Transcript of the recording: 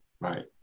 right